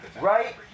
right